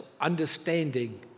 understanding